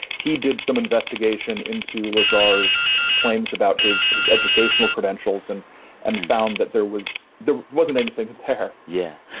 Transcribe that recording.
he did some investigation into lazar's claims about his his educational credentials and and found that there was there wasn't anything there yeah.